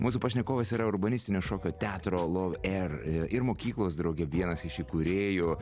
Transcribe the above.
mūsų pašnekovas yra urbanistinio šokio teatro love er ir mokyklos drauge vienas iš įkūrėjų